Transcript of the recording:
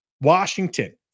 Washington